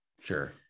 Sure